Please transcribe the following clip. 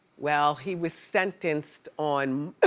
well, he was sentenced on